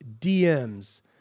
DMs